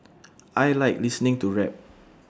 I Like listening to rap